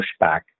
pushback